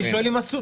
אני שואל אם עשו.